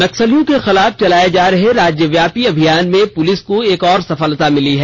नक्सलियों के खिलाफ चलाये जा रहे राज्यव्यापी अभियान में पुलिस को एक और सफलता मिली है